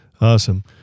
Awesome